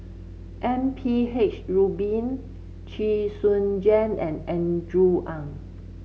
M P H Rubin Chee Soon Juan and Andrew Ang